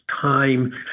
time